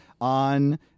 On